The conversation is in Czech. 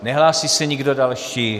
Nehlásí se nikdo další.